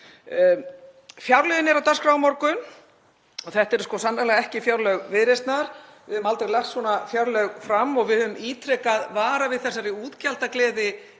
Fjárlögin eru á dagskrá á morgun og þetta eru sannarlega ekki fjárlög Viðreisnar. Við hefðum aldrei lagt svona fjárlög fram og við höfum ítrekað varað við þessari útgjaldagleði